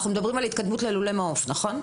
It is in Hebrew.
אנחנו מדברים על התקדמות ללולי מעוף, נכון?